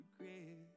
regret